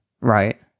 right